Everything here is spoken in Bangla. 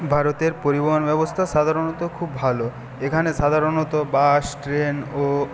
ভারতের পরিবহন ব্যবস্থা সাধারণত খুব ভালো এখানে সাধারণত বাস ট্রেন ও